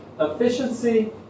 efficiency